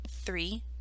three